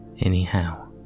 Anyhow